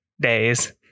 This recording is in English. days